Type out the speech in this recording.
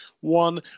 one